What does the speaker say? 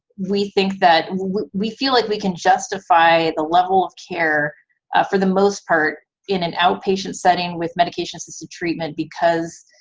we think that we feel like we can justify the level of care for the most part in an outpatient settings with medication-assisted treatment because